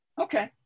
Okay